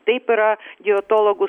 taip yra dietologų